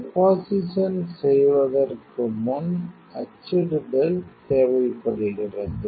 deposition செய்வதற்கு முன் அச்சிடுதல் தேவைப்படுகிறது